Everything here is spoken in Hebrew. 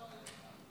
לרשותך,